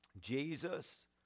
Jesus